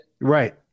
Right